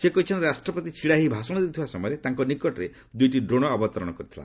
ସେ କହିଛନ୍ତି ରାଷ୍ଟ୍ରପତି ଛିଡାହୋଇ ଭାଷଣ ଦେଉଥିବା ସମୟରେ ତାଙ୍କ ନିକଟରେ ଦୁଇଟି ଡ୍ରୋଣ ଅବତରଣ କରିଥିଲା